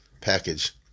package